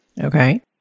okay